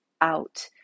out